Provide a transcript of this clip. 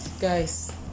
guys